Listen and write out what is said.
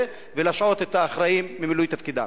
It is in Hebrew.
ולהשעות את האחראים ממילוי תפקידם.